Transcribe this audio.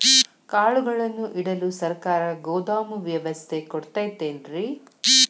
ಕಾಳುಗಳನ್ನುಇಡಲು ಸರಕಾರ ಗೋದಾಮು ವ್ಯವಸ್ಥೆ ಕೊಡತೈತೇನ್ರಿ?